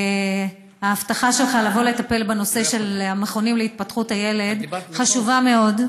וההבטחה שלך לבוא ולטפל בנושא של המכונים להתפתחות הילד חשובה מאוד.